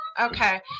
okay